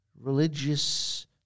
religious